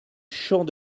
champ